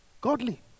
Godly